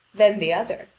then the other,